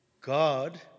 God